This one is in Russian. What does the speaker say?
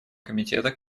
комитета